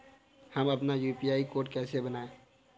हम अपना UPI code कैसे बनाएँ?